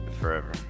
forever